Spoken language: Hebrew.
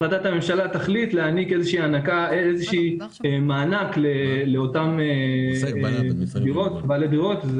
החלטת הממשלה תחליט להעניק איזשהו מענק לאותם בעלי דירות.